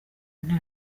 nta